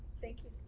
thank you.